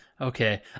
okay